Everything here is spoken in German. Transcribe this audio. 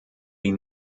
die